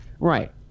right